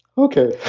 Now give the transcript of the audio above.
okay,